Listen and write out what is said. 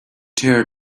tear